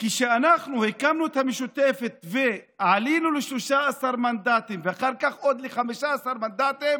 כשאנחנו הקמנו את המשותפת ועלינו ל-13 מנדטים ואחר כך עוד ל-15 מנדטים,